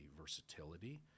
versatility